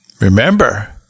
remember